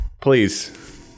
please